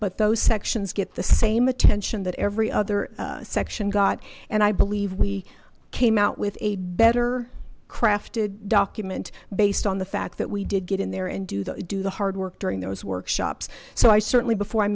but those sections get the same attention that every other section got and i believe we came out with a better crafted document based on the fact that we did get in there and do though do the hard work during those workshops so i certainly before i